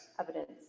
evidence